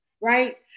right